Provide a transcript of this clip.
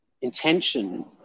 intention